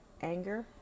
anger